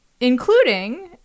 Including